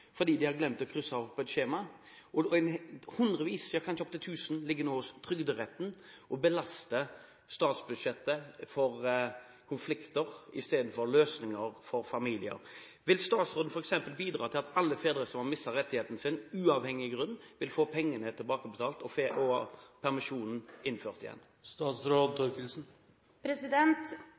fordi de har glemt å krysse av på et skjema. Hundrevis, ja kanskje opptil tusen, henvendelser ligger nå hos Trygderetten og belaster statsbudsjettet med konflikter i stedet for løsninger for familier. Vil statsråden bidra til at alle fedre som har mistet rettigheten sin, uavhengig av grunn, får pengene tilbakebetalt og permisjonen innført